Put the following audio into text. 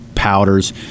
powders